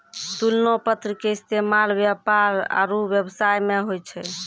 तुलना पत्र के इस्तेमाल व्यापार आरु व्यवसाय मे होय छै